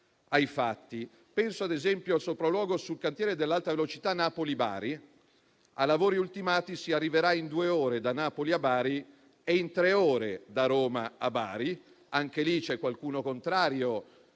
ai fatti. Penso, ad esempio, al sopralluogo sul cantiere dell'alta velocità Napoli-Bari: a lavori ultimati si arriverà in due ore da Napoli a Bari e in tre ore da Roma a Bari. Anche in questo caso c'è qualcuno contrario